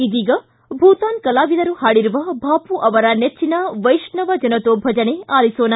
ಇದೀಗ ಭೂತಾನ್ ಕಲಾವಿದರು ಪಾಡಿರುವ ಬಾಮ ಅವರ ನೆಚ್ಚಿನ ವೈಷ್ಣವೊ ಜನತೋ ಭಜನೆ ಆಲಿಸೋಣ